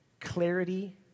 Clarity